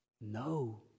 no